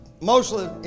mostly